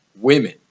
women